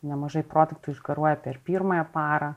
nemažai produktų išgaruoja per pirmąją parą